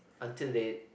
until they